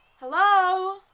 Hello